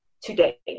today